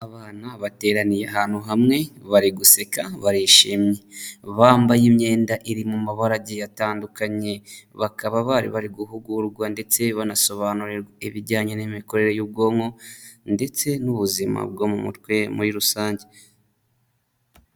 Abana bateraniye ahantu hamwe bari guseka barishimye bambaye imyenda iri mu mabara agiye atandukanye, bakaba bari bari guhugurwa ndetse banasobanurirwa ibijyanye n'imikorere y'ubwonko ndetse n'ubuzima bwo mu mutwe muri rusange.